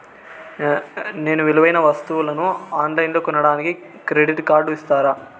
నేను విలువైన వస్తువులను ఆన్ లైన్లో కొనడానికి క్రెడిట్ కార్డు ఇస్తారా?